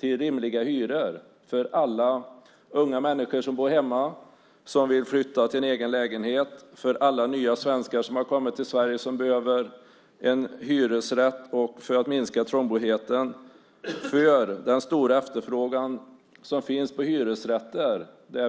till rimliga hyror, för alla unga människor som bor hemma och som vill flytta till en egen lägenhet, för alla nya svenskar som har kommit till Sverige och behöver en hyresrätt, för att minska trångboddheten och för den stora efterfrågan som finns på hyresrätter.